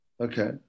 Okay